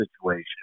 situation